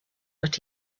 but